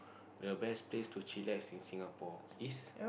the best to chillax in Singapore is